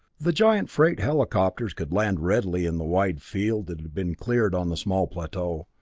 the giant freight helicopters could land readily in the wide field that had been cleared on the small plateau,